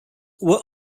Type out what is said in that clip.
were